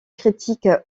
critiques